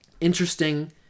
interesting